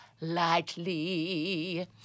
lightly